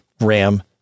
RAM